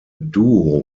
duo